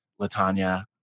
LaTanya